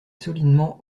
solidement